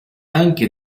anche